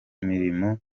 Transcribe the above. mirimo